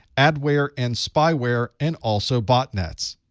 adware and spyware, and also, botnets.